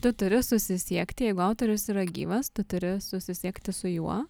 tu turi susisiekti jeigu autorius yra gyvas tu turi susisiekti su juo